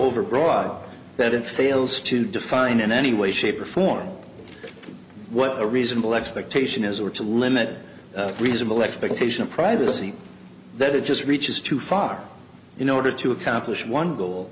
abroad that it fails to define in any way shape or form what a reasonable expectation is or to limit reasonable expectation of privacy that it just reaches too far in order to accomplish one goal